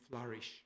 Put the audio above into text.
flourish